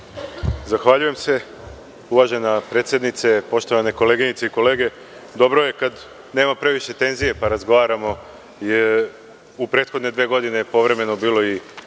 Zahvaljujem se, uvažena predsednice. Poštovane koleginice i kolege, dobro je kad nema previše tenzije kad razgovaramo, jer u prethodne dve godine je povremeno bilo